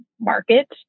market